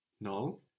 no